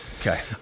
Okay